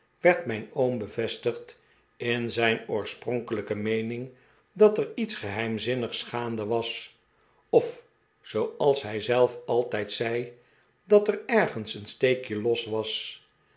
werd mijn oom bevestigcl in zijn oorspronkelijke meening dat er lets geheimzinnigs gaande was of zooals hij zelf altijd zei dat er ergens een steekje los was